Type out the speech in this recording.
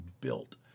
built